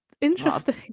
interesting